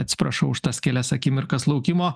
atsiprašau už tas kelias akimirkas laukimo